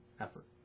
effort